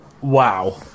wow